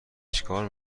چکار